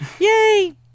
Yay